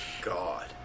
God